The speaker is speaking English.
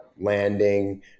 landing